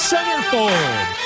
Centerfold